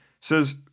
says